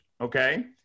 Okay